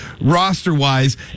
roster-wise